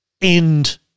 end